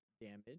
damage